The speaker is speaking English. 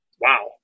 wow